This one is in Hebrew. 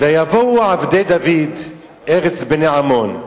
ויבואו עבדי דוד ארץ בני עמון,